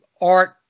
art